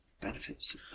benefits